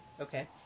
Okay